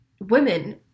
women